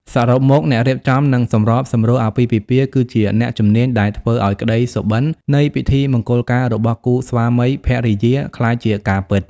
សរុបមក អ្នករៀបចំ និងសម្របសម្រួលអាពាហ៍ពិពាហ៍គឺជា អ្នកជំនាញដែលធ្វើឱ្យក្តីសុបិន្ត នៃពិធីមង្គលការរបស់គូស្វាមីភរិយាក្លាយជាការពិត។